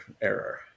error